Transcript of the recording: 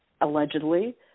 allegedly